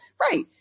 right